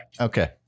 okay